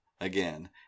again